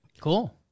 Cool